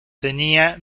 tenía